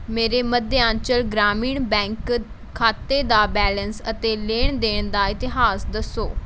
ਮੇਰੇ ਮਧਿਆਂਚਲ ਗ੍ਰਾਮੀਣ ਬੈਂਕ ਖਾਤੇ ਦਾ ਬੈਲੇਂਸ ਅਤੇ ਲੈਣ ਦੇਣ ਦਾ ਇਤਿਹਾਸ ਦੱਸੋ